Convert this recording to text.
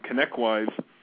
Connectwise